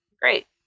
Great